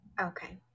okay